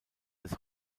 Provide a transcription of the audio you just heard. des